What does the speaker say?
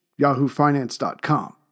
YahooFinance.com